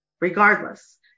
Regardless